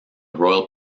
royal